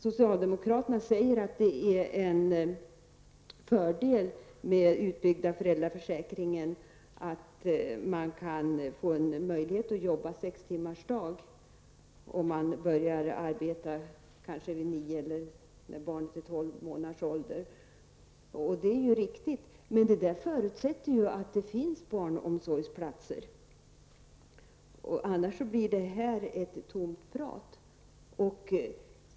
Socialdemokraterna säger att en fördel med den utbyggda föräldraförsäkringen är att man kan få möjlighet att arbeta sex timmars arbetsdag, om man börjar arbeta när barnet har uppnått 9 eller 12 månaders ålder. Det är riktigt, men det förutsätter att det finns barnomsorgsplatser. Annars blir det bara ett tomt prat.